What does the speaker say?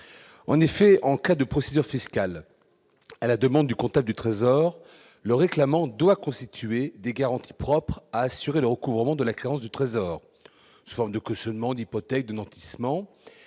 en effet en cas de procédure fiscale à la demande du comptable du Trésor, le réclamant doit constituer des garanties propres à assurer le recouvrement de la créance du Trésor sous forme de cautionnement d'hypothèques de nantissement